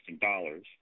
dollars